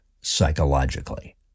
psychologically